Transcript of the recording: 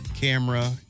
camera